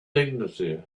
dignity